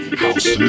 house